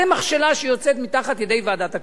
זו מכשלה שיוצאת מתחת ידי ועדת הכספים.